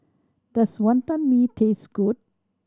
does Wantan Mee taste good